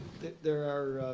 there are